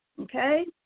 okay